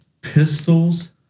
pistols